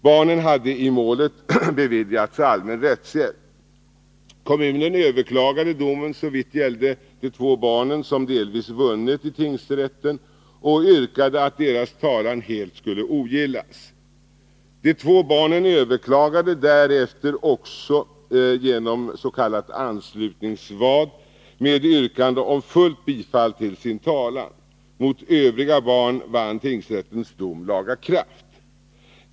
Barnen hade i målet beviljats allmän rättshjälp. Kommunen överklagade domen såvitt gällde de två barnen som delvis vunnit i tingsrätten och yrkade att deras talan helt skulle ogillas. De två barnen överklagade därefter också genom s.k. anslutningsvad med yrkande om fullt bifall till sin talan. Mot övriga barn vann tingsrättens dom laga kraft.